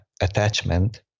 attachment